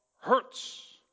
Hurts